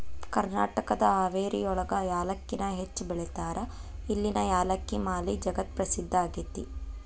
ಕರ್ನಾಟಕದ ಹಾವೇರಿಯೊಳಗ ಯಾಲಕ್ಕಿನ ಹೆಚ್ಚ್ ಬೆಳೇತಾರ, ಇಲ್ಲಿನ ಯಾಲಕ್ಕಿ ಮಾಲಿ ಜಗತ್ಪ್ರಸಿದ್ಧ ಆಗೇತಿ